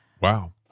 Wow